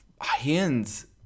hands